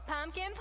Pumpkin